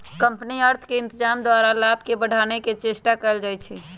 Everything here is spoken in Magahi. कंपनी अर्थ के इत्जाम द्वारा लाभ के बढ़ाने के चेष्टा कयल जाइ छइ